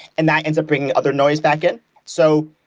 and that ends up bringing other noise back in. so